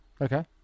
Okay